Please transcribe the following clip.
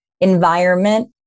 environment